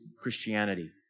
Christianity